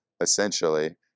essentially